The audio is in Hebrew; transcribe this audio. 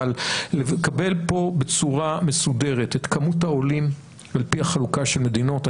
אבל לקבל פה בצורה מסודרת את כמות העולים על פי החלוקה של מדינות.